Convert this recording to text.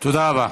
תודה רבה.